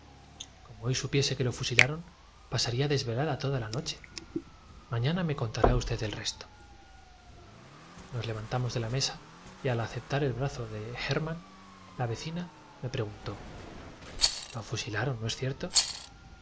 como hoy supiese que lo fusilaron pasaría desvelada toda la noche en alemania mañana me contará usted el resto se engaña usted es un hombre de bienme dijo mi vecina vol nos levantamos de la mesa y al aceptar el brazo de hermann lui viendo a mi lado vecina le preguntó o fusilaron no es cierto